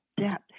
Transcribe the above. debt